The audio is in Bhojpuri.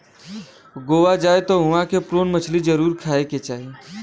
गोवा जाए त उहवा के प्रोन मछरी जरुर खाए के चाही